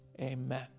amen